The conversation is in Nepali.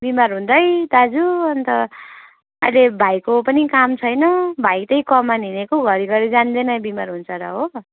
बिमार हुँदै दाजु अन्त अहिले भाइको पनि काम छैन भाइ त्यही कमान हिँडेको घरिघरि जाँदैन बिमार हुन्छ र हो